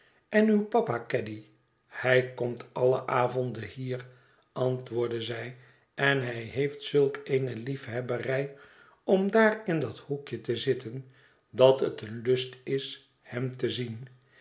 en uw papa caddy hij komt alle avonden hier antwoordde zij en hij heeft zulk eene liefhebberij om daar in dat hoekje te zitten dat het een lust is hem te zien